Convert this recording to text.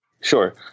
Sure